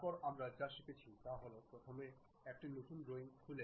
তারপর আমরা যা শিখছি তা হল প্রথমে একটি নতুন ড্রয়িং খুলে